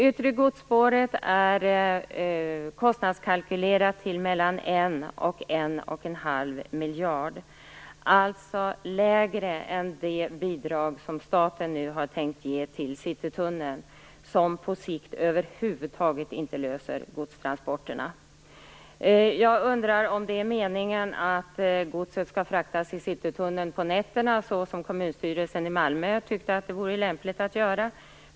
1,5 miljard kronor. Det är lägre än det bidrag som staten nu har tänkt ge till Citytunneln, som på sikt över huvud taget inte löser problemen med godstransporterna. Jag undrar om det är meningen att godset skall fraktas i Citytunneln på nätterna såsom kommunstyrelsen i Malmö tyckte att det vore lämpligt att göra.